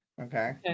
okay